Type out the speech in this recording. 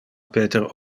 peter